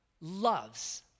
loves